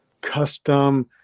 custom